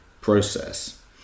process